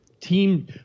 team